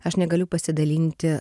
aš negaliu pasidalinti